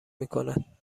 میکند